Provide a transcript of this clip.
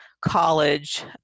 college